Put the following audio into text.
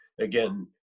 again